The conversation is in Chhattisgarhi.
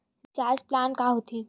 रिचार्ज प्लान का होथे?